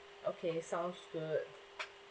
okay sounds good